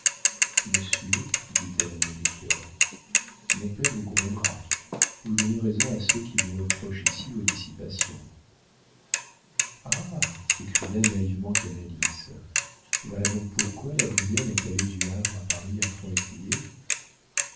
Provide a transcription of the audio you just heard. monsieur dit-elle à melchior mon père vous grondera vous donnez raison à ceux qui vous reprochent ici vos dissipations ah s'écria naïvement canalis voilà donc pourquoi la brière est allé du havre à paris à